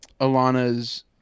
alana's